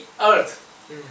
earth